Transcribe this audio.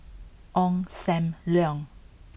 Ong Sam Leong